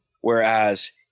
Whereas